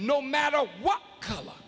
no matter what color